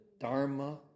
Dharma